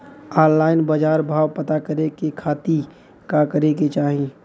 Online बाजार भाव पता करे के खाती का करे के चाही?